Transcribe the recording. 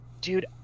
Dude